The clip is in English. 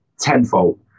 tenfold